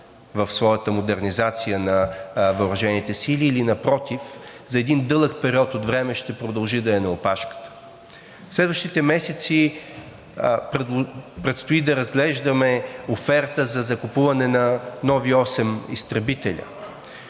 в своята модернизация на въоръжените сили, или напротив, за един дълъг период от време ще продължи да е на опашката. Следващите месеци предстои да разглеждаме оферта за закупуване на нови 8 изтребителя.